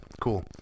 cool